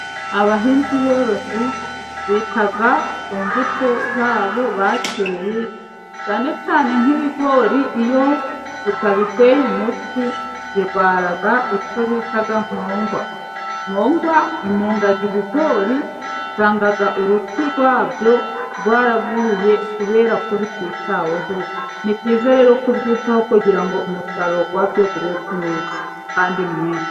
Abahinzi borozi bita ku mbuto zabo bateye cyane cyane nk'ibigori iyo utabiteye umuti birwara icyo bita nkongwa. Nkongwa imunga ibigori usanga uruti rwabyo rwaraguye kubera ko rutitaweho, ni byiza rero kubyitaho kugira ngo umusaruro wabyo ube mwiza kandi mwinshi.